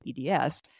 EDS